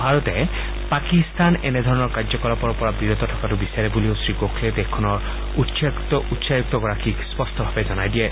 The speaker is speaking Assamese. ভাৰতে পাকিস্তান এনেধৰণৰ কাৰ্যকলাপৰ পৰা বিৰত থকাতো বিচাৰে বুলিও শ্ৰীগোখলে দেশখনৰ উচ্চায়ুক্তগৰাকীক স্পষ্টভাৱে জনাই দিয়ে